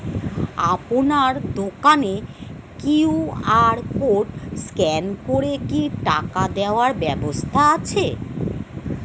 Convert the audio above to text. আপনার দোকানে QR code scan করে কি টাকা দেওয়ার ব্যবস্থা আছে?